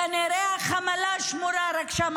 כנראה החמלה שמורה רק לשם.